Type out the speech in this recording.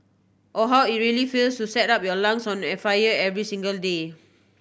or how it really feels to set up your lungs on an fire every singles day